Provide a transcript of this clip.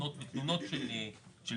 רישיונות ותלונות של אזרחים,